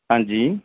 ਹਾਂਜੀ